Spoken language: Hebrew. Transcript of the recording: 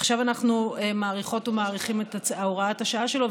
עכשיו אנחנו מאריכות ומאריכים את הוראת השעה שלו,